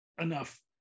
enough